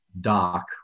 doc